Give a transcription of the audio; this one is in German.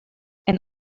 ein